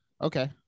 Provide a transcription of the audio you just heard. Okay